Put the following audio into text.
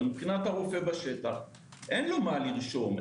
אבל לרופא בשטח אין מה לרשום.